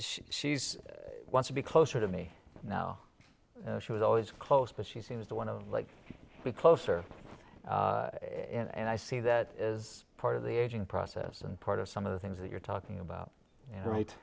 mean she's want to be closer to me now she was always close but she seems to want to like the closer and i see that as part of the aging process and part of some of the things that you're talking about right